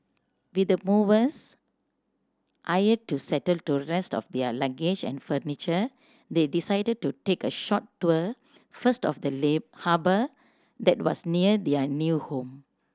with the movers hired to settle the rest of their luggage and furniture they decided to take a short tour first of the lay harbour that was near their new home